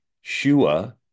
Shua